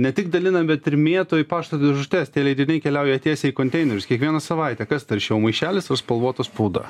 ne tik dalina bet ir mėto į pašto dėžutes tie leidiniai keliauja tiesiai į konteinerius kiekvieną savaitę kas taršiau maišelis ar spalvota spauda